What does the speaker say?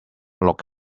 look